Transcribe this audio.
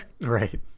right